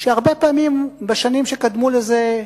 שהרבה פעמים בשנים שקדמו לזה,